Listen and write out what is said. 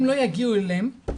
אם לא יגיעו אליהם,